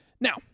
Now